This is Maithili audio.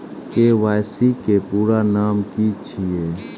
के.वाई.सी के पूरा नाम की छिय?